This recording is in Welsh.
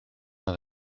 oedd